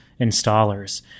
installers